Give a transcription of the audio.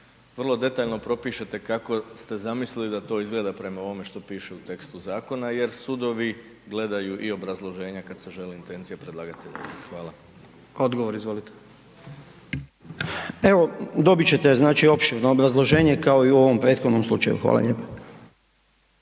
vrlo detaljno propišete kako ste zamislili da to izgleda prema ovome što piše u tekstu zakona jer sudovi gledaju i obrazloženja kad se želi intencija predlagatelja .../Govornik se ne čuje./... **Jandroković, Gordan (HDZ)** Odgovor, izvolite. **Nekić, Darko** Evo, dobit ćete znači opširno obrazloženje kao i u ovom prethodnom slučaju. Hvala lijepo.